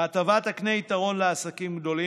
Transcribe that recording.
ההטבה תקנה יתרון לעסקים גדולים,